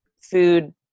food